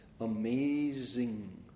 Amazing